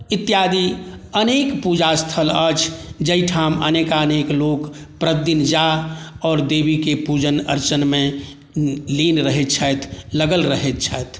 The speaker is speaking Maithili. इत्यादि अनेक पूजा स्थल अछि जाहिठाम अनेकानेक लोक प्रतिदिन जा आओर देवीके पूजन अर्चनमे लीन रहैत छथि लगल रहैत छथि